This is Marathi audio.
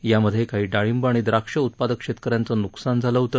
यामधे काही डाळींब आणि द्राक्ष उत्पादक शेतक यांचं नुकसान झालं होत